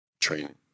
training